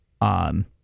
on